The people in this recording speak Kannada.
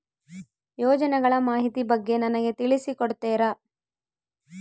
ಯೋಜನೆಗಳ ಮಾಹಿತಿ ಬಗ್ಗೆ ನನಗೆ ತಿಳಿಸಿ ಕೊಡ್ತೇರಾ?